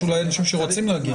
יש אולי אנשים שרוצים להגיע.